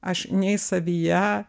aš nei savyje